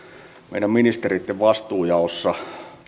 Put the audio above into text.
meidän ministereitten vastuujaossa